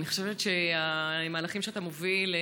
אני חושבת שהמהלכים שאתה מוביל,